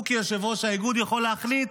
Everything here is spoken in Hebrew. הוא כיושב-ראש האיגוד יכול להחליט